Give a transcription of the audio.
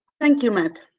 thank you, matt.